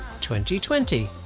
2020